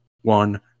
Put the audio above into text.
one